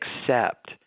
accept